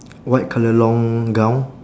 white colour long gown